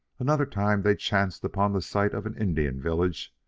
another time they chanced upon the site of an indian village,